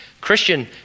Christian